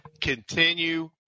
continue